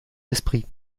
esprits